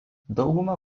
dauguma